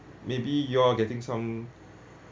maybe you all getting some